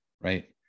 right